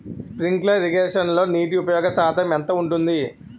Sprinkler ఇరగేషన్లో నీటి ఉపయోగ శాతం ఎంత ఉంటుంది?